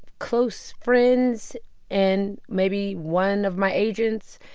close friends and maybe one of my agents.